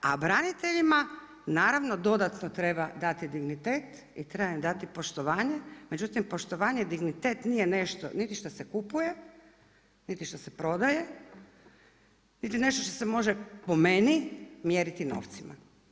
A braniteljima naravno, dodatno treba dati dignitet i treba im dati poštovanje međutim poštovanje i dignitet nije nešto niti što se kupuje niti što se prodaje niti što se može, po meni, mjeriti novcima.